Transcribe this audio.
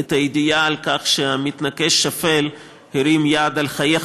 את הידיעה על כך שמתנקש שפל הרים יד על חייך,